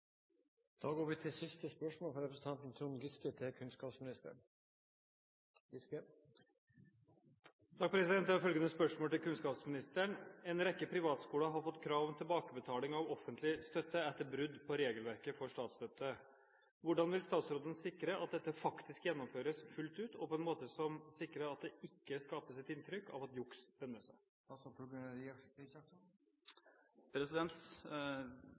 Jeg har følgende spørsmål til kunnskapsministeren: «En rekke privatskoler har fått krav om tilbakebetaling av offentlig støtte etter brudd på regelverket for statsstøtte. Hvordan vil statsråden sikre at dette faktisk gjennomføres fullt ut og på en måte som sikrer at det ikke skaper et inntrykk av at juks lønner seg?»